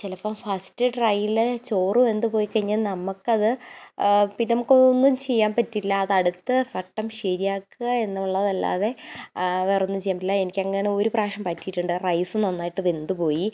ചിലപ്പോൾ ഫസ്റ്റ് ട്രയ്യിൽ ചോറ് വെന്ത് പോയിക്കഴിഞ്ഞാൽ നമുക്കത് പിന്നെ നമുക്കത് ഒന്നും ചെയ്യാൻ പറ്റില്ല അത് അടുത്ത് വട്ടം ശരിയാക്കുക എന്നുള്ളതല്ലാതെ വേറൊന്നും ചെയ്യാൻ പറ്റില്ല എനിക്ക് അങ്ങനെ ഒരു പ്രാവശ്യം പറ്റിയിട്ടുണ്ട് റൈസ് നന്നായിട്ട് വെന്ത് പോയി